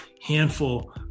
handful